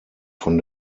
von